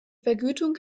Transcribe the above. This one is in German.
vergütung